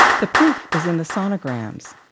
the proof is in the sonograms.